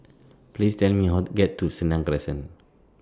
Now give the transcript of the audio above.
Please Tell Me How to get to Senang Crescent